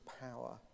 power